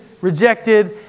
rejected